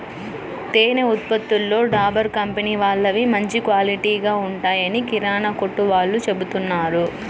తేనె ఉత్పత్తులలో డాబర్ కంపెనీ వాళ్ళవి మంచి క్వాలిటీగా ఉంటాయని కిరానా కొట్టు వాళ్ళు చెబుతున్నారు